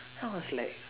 !wah! I was like